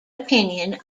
opinion